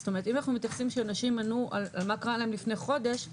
כלומר אם אנו מסתכלים שאנשים ענו על מה קרה להם לפני חודש,